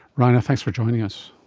raina, thanks for joining us.